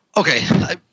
Okay